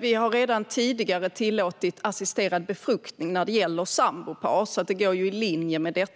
Vi har redan tidigare tillåtit assisterad befruktning när det gäller sambopar, så detta går i linje med det.